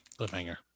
cliffhanger